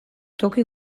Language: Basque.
toki